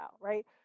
right